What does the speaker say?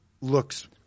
looks –